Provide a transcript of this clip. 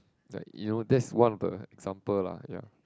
like you know that's one of the example lah ya